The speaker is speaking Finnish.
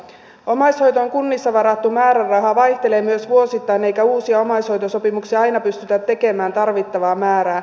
omaishoitoon kunnissa varattu määräraha vaihtelee myös vuosittain eikä uusia omaishoitosopimuksia aina pystytä tekemään tarvittavaa määrää